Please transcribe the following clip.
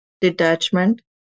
Detachment